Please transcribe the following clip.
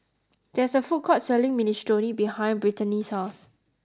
there is a food court selling Minestrone behind Brittni's house